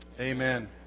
Amen